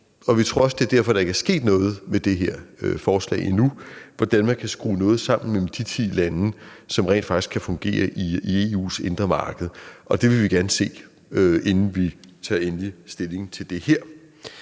og vi tror også, det er derfor, der ikke er sket noget med det her forslag endnu – hvordan man kan skrue noget sammen mellem de ti lande, som rent faktisk kan fungere i EU's indre marked. Det vil vi gerne se, inden vi tager endelig stilling til det her.